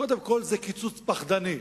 קודם כול, זה קיצוץ פחדני.